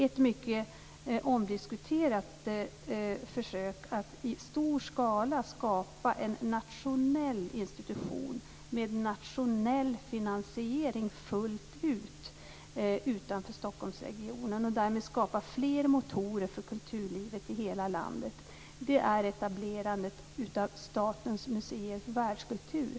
Ett mycket omdiskuterat försök att i stor skala skapa en nationell institution med nationell finansiering fullt ut utanför Stockholmsregionen och därmed skapa fler motorer för kulturlivet i hela landet är etablerandet av Statens museer för världskultur.